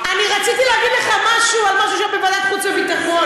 אני רציתי להגיד לך משהו על מה שהיה בוועדת חוץ וביטחון,